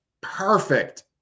perfect